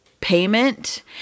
payment